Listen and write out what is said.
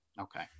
Okay